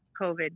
COVID